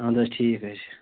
اَدٕ حظ ٹھیٖک حظ چھُ